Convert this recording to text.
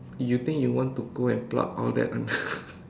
you think you want to go and pluck all that one